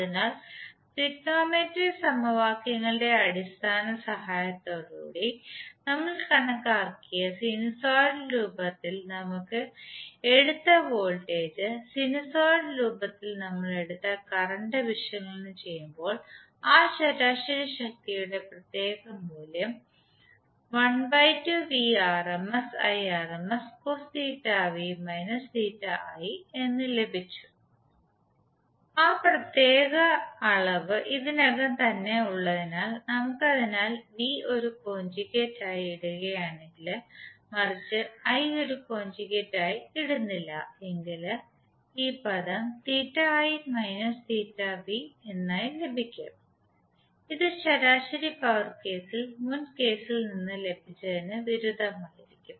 അതിനാൽ ത്രികോണമിതി സമവാക്യങ്ങളുടെ അടിസ്ഥാന സഹായത്തോടെ നമ്മൾ കണക്കാക്കിയ സിനുസോയ്ഡൽ രൂപത്തിൽ നമ്മൾ എടുത്ത വോൾട്ടേജ് സിനുസോയ്ഡൽ രൂപത്തിൽ നമ്മൾ എടുത്ത കറന്റ് വിശകലനം ചെയ്യുമ്പോൾ ആ ശരാശരി ശക്തിയുടെ പ്രത്യേക മൂല്യം ½ എന്ന് ലഭിച്ചു ആ പ്രത്യേക അളവ് ഇതിനകം തന്നെ ഉള്ളതിനാൽ നമുക്ക് അതിനാൽ V ഒരു കോഞ്ചുഗേറ്റ് ആയി ഇടുകയാണെങ്കിൽ മറിച്ച് I ഒരു കോഞ്ചുഗേറ്റ് ആയി ഇടുന്നില്ല എങ്കിൽ ഈ പദം എന്നായി ലഭിക്കും ഇത് ശരാശരി പവർ കേസിൽ മുൻ കേസിൽ നിന്ന് ലഭിച്ചതിന് വിരുദ്ധമായിരിക്കും